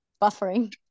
Buffering